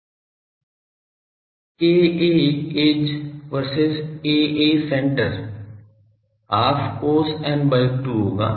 Aedge versus Acentre half cos n by 2 होगा